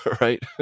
right